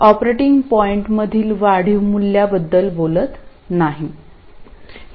operating point मधील वाढीव मूल्याबद्दल बोलत नाही